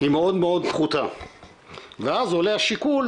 היא מאוד מאוד פחותה ואז עולה השיקול,